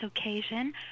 Occasion